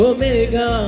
Omega